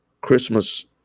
Christmas